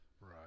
Right